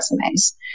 resumes